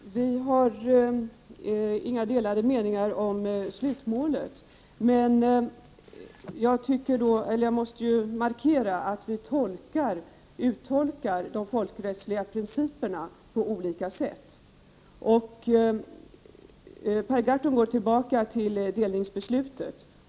Herr talman! Vi har inga delade meningar om slutmålet, men jag måste markera att vi uttolkar de folkrättsliga principerna på olika sätt. Per Gahrton går tillbaka till delningsbeslutet.